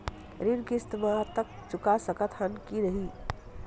ऋण किस्त मा तक चुका सकत हन कि नहीं?